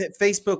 Facebook